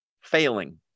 failing